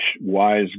wise